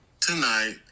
tonight